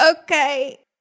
Okay